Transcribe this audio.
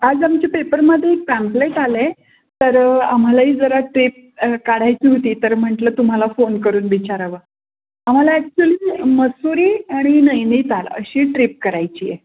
आज आमच्या पेपरमध्ये एक प्रॅम्प्लेट आलं आहे तर आम्हालाही जरा ट्रीप काढायची होती तर म्हटलं तुम्हाला फोन करून विचारावं आम्हाला ॲक्च्युली मसुरी आणि नैनीताल अशी ट्रीप करायची आहे